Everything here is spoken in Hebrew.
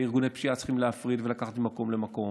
וצריכים להפריד ארגוני פשיעה ולקחת ממקום למקום,